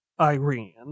Irene